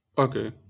Okay